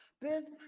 Business